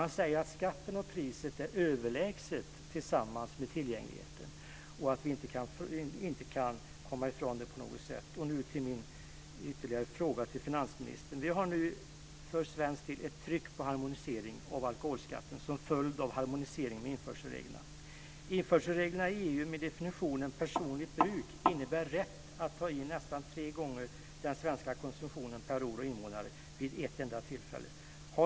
Han säger att skatten och priset tillsammans med tillgängligheten har överlägset stor påverkan. Det kan vi inte på något sätt komma ifrån. Införselreglerna i EU avseende personligt bruk innebär att man har rätt att vid ett enda tillfälle ta in nästan tre gånger den svenska konsumtionen per år och invånare.